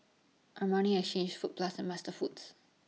Armani Exchange Fruit Plus and MasterFoods